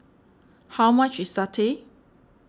how much is Satay